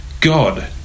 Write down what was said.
God